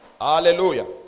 Hallelujah